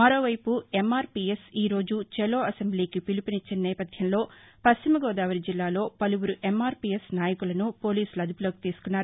మరోవైపు ఎమ్మార్పీఎస్ఈరోజు చలో అసెంబ్లీకి పిలుపునిచ్చిన నేపథ్యంలోపశ్చిమగోదావరి జిల్లాలో పలువురు ఎమ్మార్పీఎస్ నాయకులను పోలీసులు అరెస్ట్ చేశారు